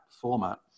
format